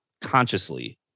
consciously